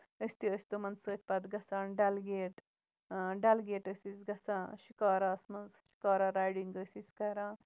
أسۍ تہِ ٲسۍ تِمَن سۭتۍ پَتہٕ گژھان ڈَل گیٹ ڈَل گیٹ ٲسۍ أسۍ گژھان شِکاراہَس منٛز شِکارا رایڈِنگ ٲسۍ أسۍ کران